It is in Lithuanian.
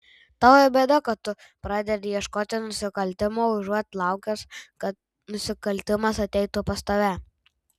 tavo bėda kad tu pradedi ieškoti nusikaltimo užuot laukęs kad nusikaltimas ateitų pas tave